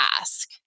ask